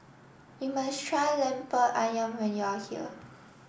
you must try Lemper Ayam when you are here